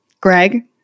Greg